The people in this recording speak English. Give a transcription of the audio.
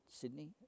Sydney